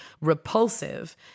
repulsive